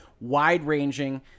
wide-ranging